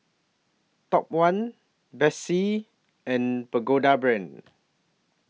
Top one Betsy and Pagoda Brand